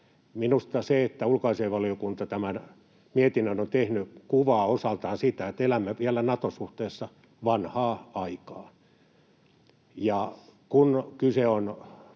Minusta se, että ulkoasiainvaliokunta on tämän mietinnön tehnyt, kuvaa osaltaan sitä, että elämme vielä Nato-suhteessa vanhaa aikaa. Ja kun kyse on